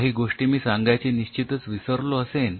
काही गोष्टी मी सांगायचे निश्चितच विसरलो असेन